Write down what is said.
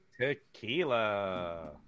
Tequila